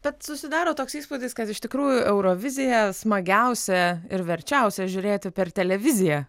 bet susidaro toks įspūdis kad iš tikrųjų eurovizija smagiausia ir verčiausia žiūrėti per televiziją